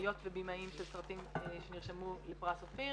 הבימאיות ובימאים של סרטים שרשמו לפרס אופיר.